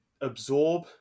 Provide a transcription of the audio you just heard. absorb